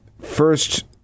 first